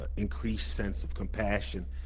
ah increased sense of compassion,